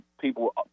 people